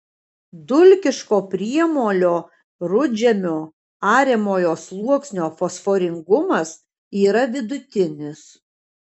dulkiško priemolio rudžemio ariamojo sluoksnio fosforingumas yra vidutinis